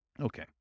Okay